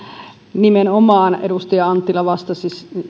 edustaja anttila vastasi nimenomaan